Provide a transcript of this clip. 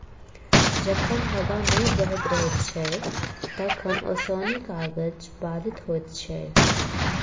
जखन हबा नै बहैत रहैत छै तखन ओसौनी काज बाधित होइत छै